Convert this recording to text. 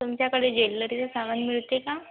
तुमच्याकडे जेल्लरीचं सामान मिळते का